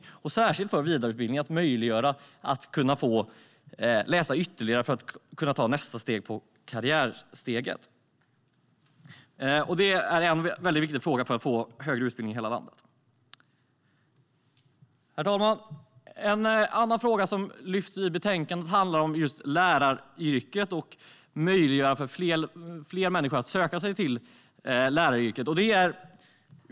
Det gäller särskilt för vidareutbildning - att möjliggöra att man kan läsa ytterligare för att kunna ta nästa steg på karriärstegen. Det är en viktig fråga för att få högre utbildning i hela landet. Herr talman! En annan fråga som lyfts fram i betänkandet handlar om läraryrket och att möjliggöra för fler människor att söka sig till yrket.